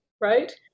right